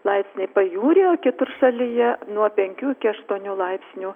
laipsniai pajūryje o kitur šalyje nuo penkių iki aštuonių laipsnių